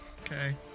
Okay